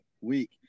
week